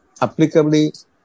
applicably